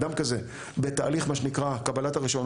שאדם כזה בתהליך קבלת הרישיון,